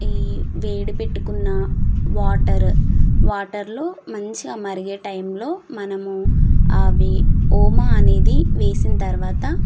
ఈ ఈ వేడి పెట్టుకున్న వాటర్ వాటర్లో మంచిగా మరిగే టైంలో మనము అవి ఓమా అనేది వేసిన తర్వాత